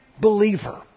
believer